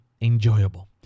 enjoyable